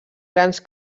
grans